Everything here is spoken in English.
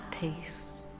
peace